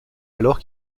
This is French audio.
alors